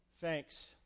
thanks